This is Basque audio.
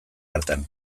hartan